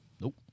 Nope